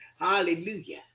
Hallelujah